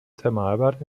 thermalbad